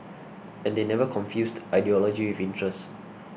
and they never confused ideology with interest